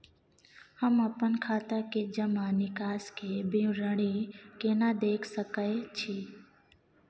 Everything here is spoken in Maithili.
हम अपन खाता के जमा निकास के विवरणी केना देख सकै छी?